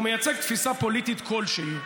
הוא מייצג תפיסה פוליטית כלשהי.